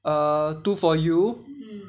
err two for you